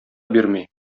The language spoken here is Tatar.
бирми